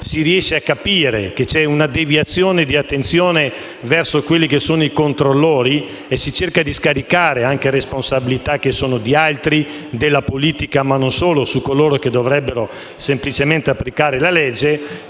si riesce a capire che c'è una deviazione di attenzione verso i controllori e che si cerca di scaricare responsabilità che sono di altri (della politica ma non solo) su coloro che dovrebbero semplicemente applicare la legge,